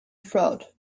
fraud